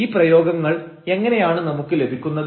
ഈ പ്രയോഗങ്ങൾ എങ്ങനെയാണ് നമുക്ക് ലഭിക്കുന്നത്